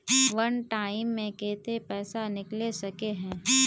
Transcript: वन time मैं केते पैसा निकले सके है?